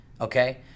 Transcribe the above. okay